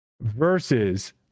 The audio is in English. versus